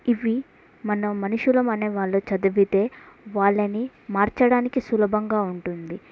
ఇవి మన మనుషులనేవాళ్ళు చదివితే వాళ్ళని మార్చడానికి సులభంగా ఉంటుంది